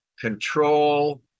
control